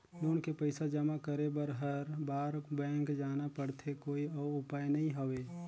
Loan के पईसा जमा करे बर हर बार बैंक आना पड़थे कोई अउ उपाय नइ हवय?